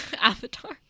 avatar